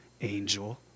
Angel